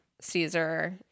Caesar